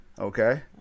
okay